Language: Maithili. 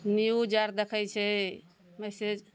न्यूज आर देखै छै मैसेज